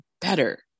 better